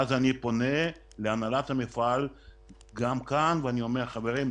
אז אני פונה להנהלת המפעל גם כאן ואני אומר: חברים,